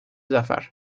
zafer